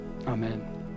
Amen